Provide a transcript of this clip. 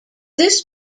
this